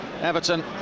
Everton